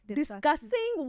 discussing